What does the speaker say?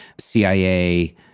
CIA